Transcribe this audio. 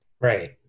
Right